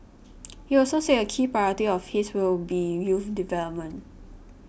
he also said a key priority of his will be youth development